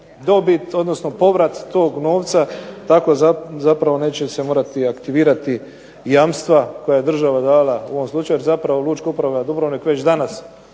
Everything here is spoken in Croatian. odnosno povrat tog novca tako zapravo neće se morati aktivirati jamstva koja je država dala u ovom slučaju jer zapravo Lučka uprava Dubrovnik već danas